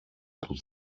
του